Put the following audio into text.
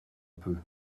peu